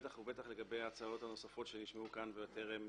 לגבי ההצעות הנוספות שנשמעו כאן וטרם